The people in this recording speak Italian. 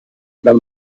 dal